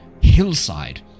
hillside